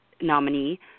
nominee